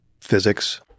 physics